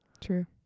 True